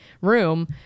room